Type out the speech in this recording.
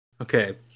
Okay